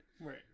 right